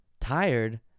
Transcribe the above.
tired